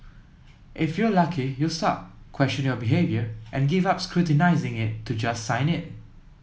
if you're lucky you'll stop question your behaviour and give up scrutinising it to just sign it